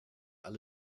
alle